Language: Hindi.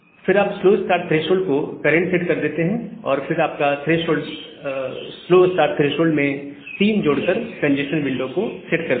फिर आप स्लो स्टार्ट थ्रेशोल्ड को करंट सेट करते हैं और फिर आप स्लो स्टार्ट थ्रेशोल्ड में 3 जोड़ कर कंजेस्शन विंडो को सेट देते हैं